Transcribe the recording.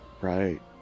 Right